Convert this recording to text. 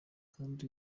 kandi